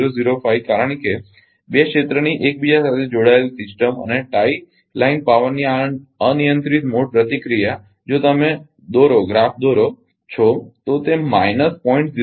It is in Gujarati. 005 કારણ કે બે ક્ષેત્રની એકબીજા સાથે જોડાયેલ સિસ્ટમ અને ટાઇ લાઇન પાવરની આ અનિયંત્રિત મોડ પ્રતિક્રિયાઓ જો તમે દોરોગ્રાફ કરો છો તે માઈનસ 0